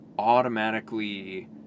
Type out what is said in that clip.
automatically